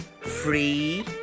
free